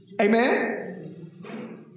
Amen